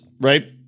right